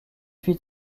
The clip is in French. fît